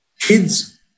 kids